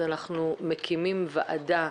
אנחנו מקימים ועדה.